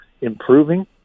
improving